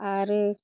आरो